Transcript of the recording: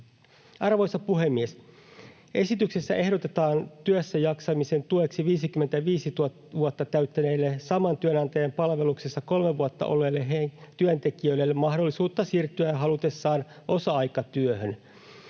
Arvoisa puhemies! Esityksessä ehdotetaan työssäjaksamisen tueksi 55 vuotta täyttäneille saman työnantajan palveluksessa kolme vuotta olleille työntekijöille mahdollisuutta siirtyä halutessaan osa-aikatyöhön.